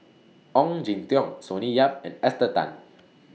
Ong Jin Teong Sonny Yap and Esther Tan